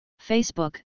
Facebook